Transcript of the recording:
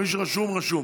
מי שרשום, רשום.